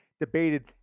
debated